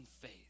faith